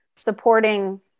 supporting